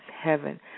heaven